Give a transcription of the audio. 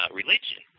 religion